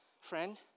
friend